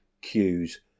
cues